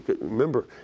remember